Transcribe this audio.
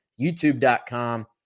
YouTube.com